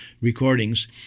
recordings